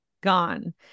Gone